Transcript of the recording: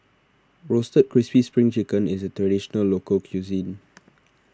Roasted Crispy Spring Chicken is a Traditional Local Cuisine